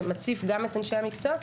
זה מציף גם את אנשי המקצוע.